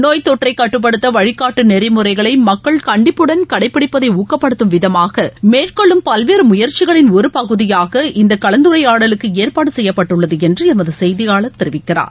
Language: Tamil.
நோய் தொற்றைகட்டுப்படுத்தவழினட்டுநெறிமுறைகளைமக்கள் கண்டிப்புடன் கடைபிடிப்பதைஊக்கப்படுத்தும் விதமாகமேற்கொள்ளும் பல்வேறுமுயற்சிகளின் ஒருபகுதியாக இந்தகலந்துரையாடலுக்குஏற்பாடுசெய்யப்பட்டுள்ளதுஎன்றுஎமதுசெய்தியாளர் தெரிவிக்கிறார்